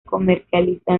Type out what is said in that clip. comercializa